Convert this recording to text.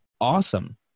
awesome